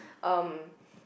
um